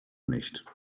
nicht